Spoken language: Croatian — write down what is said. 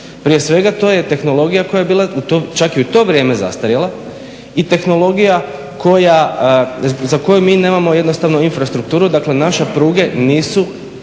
prije svega to je tehnologija koja je bila čak i u to vrijeme zastarjela i tehnologija za koju mi nemamo infrastrukturu, dakle naše pruge nisu